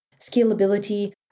scalability